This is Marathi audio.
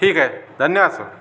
ठीक आहे धन्यवाद सर